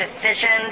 decisions